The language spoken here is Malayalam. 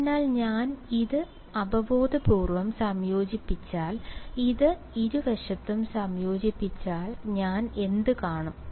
അതിനാൽ ഞാൻ ഇത് അവബോധപൂർവ്വം സംയോജിപ്പിച്ചാൽ ഇത് ഇരുവശത്തും സംയോജിപ്പിച്ചാൽ ഞാൻ എന്ത് കാണും